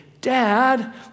Dad